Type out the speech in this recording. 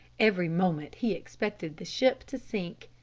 every moment he expected the ship to sink.